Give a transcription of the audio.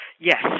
Yes